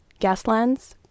Gaslands